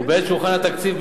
ובעת שהוכן התקציב,